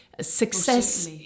success